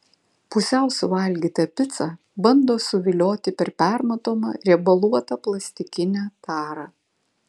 pusiau suvalgyta pica bando suvilioti per permatomą riebaluotą plastikinę tarą